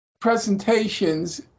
presentations